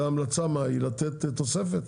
וההמלצה מהי, לתת תוספת?